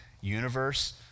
universe